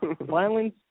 Violence